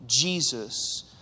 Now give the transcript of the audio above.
Jesus